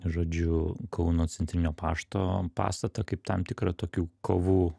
žodžiu kauno centrinio pašto pastatą kaip tam tikrą tokių kovų